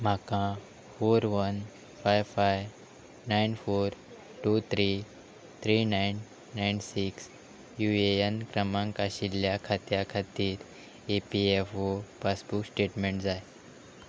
म्हाका four one five five nine four two three three nine nine six U A N क्रमांक आशिल्ल्या खात्या खातीर E P F O passbook statement जाय